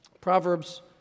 Proverbs